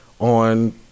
on